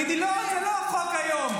את תגידי: לא זה לא החוק היום,